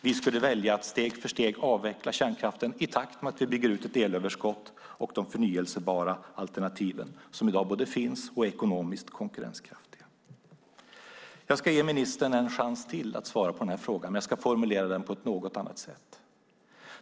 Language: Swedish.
Vi skulle välja att steg för steg avveckla kärnkraften i takt med att vi bygger ut ett elöverskott och de förnybara alternativ som i dag både finns och är ekonomiskt konkurrenskraftiga. Jag ska ge ministern en chans till att svara på frågan, men jag ska formulera den på ett lite annat sätt.